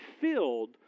filled